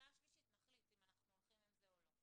בקריאה השלישית אם אנחנו הולכים עם זה או לא.